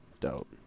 Dope